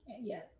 yes